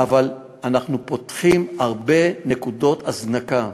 אבל אנחנו פותחים הרבה נקודות הזנקה,